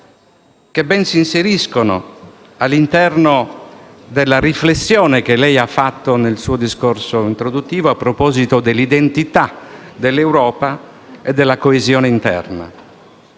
che ben si inseriscono all'interno della riflessione che ha fatto nel suo discorso introduttivo a proposito dell'identità dell'Europa e della coesione interna.